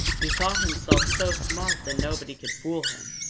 he thought himself so smart that nobody could fool him.